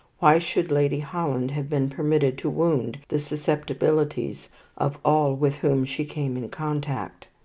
why should lady holland have been permitted to wound the susceptibilities of all with whom she came in contact?